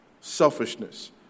selfishness